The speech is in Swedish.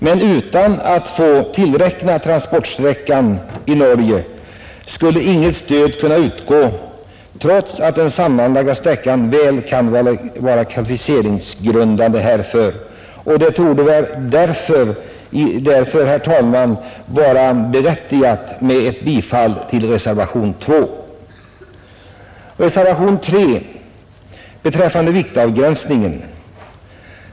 Men utan att man får tillräkna transportsträckan i Norge skulle inget stöd kunna utgå, trots att den sammanlagda sträckan väl kan vara kvalificeringsgrundande. Det torde därför, herr talman, vara berättigat med ett bifall till reservationen = Reservation 3 rör viktavgränsningen.